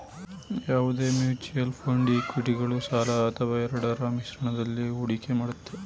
ಯಾವುದೇ mutual fund ಇಕ್ವಿಟಿಗಳು ಸಾಲ ಅಥವಾ ಎರಡರ ಮಿಶ್ರಣದಲ್ಲಿ ಹೂಡಿಕೆ ಮಾಡುತ್ತೆ